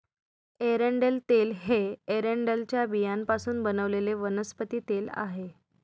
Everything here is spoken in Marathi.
एरंडेल तेल हे एरंडेलच्या बियांपासून बनवलेले वनस्पती तेल आहे